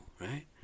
right